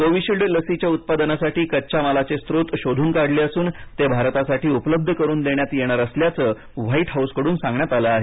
Covishield लसीच्या उत्पादनासाठी कच्च्या मालाचे स्रोत शोधून काढले असून ते भारतासाठी उपलब्ध करुन देण्यात येणार असल्याचं व्हाईट हाउसकडून सांगण्यात आलं आहे